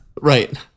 Right